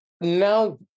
now